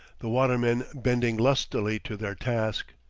the watermen bending lustily to their task.